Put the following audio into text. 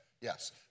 yes